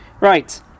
Right